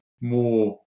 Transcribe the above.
more